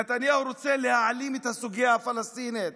נתניהו רוצה להעלים את הסוגיה הפלסטינית